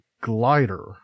glider